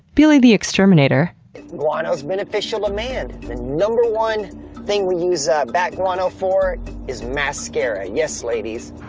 billy the exterminator guano is beneficial to man. the number one thing we use ah bat guano for is mascara. yes, ladies,